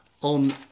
On